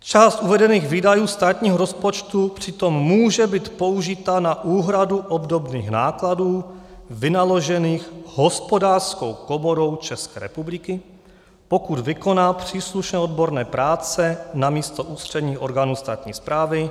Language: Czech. Část uvedených výdajů státního rozpočtu přitom může být použita na úhradu obdobných nákladů vynaložených Hospodářskou komorou České republiky, pokud vykoná příslušné odborné práce namísto ústředních orgánů státní správy.